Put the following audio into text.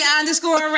underscore